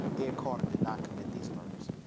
ed carter did not commit these murders.